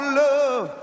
love